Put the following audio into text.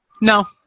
No